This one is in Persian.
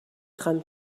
خوام